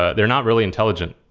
ah they're not really intelligent.